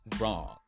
wrong